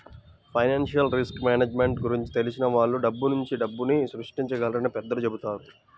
financial risk management గురించి తెలిసిన వాళ్ళు డబ్బునుంచే డబ్బుని సృష్టించగలరని పెద్దలు చెబుతారు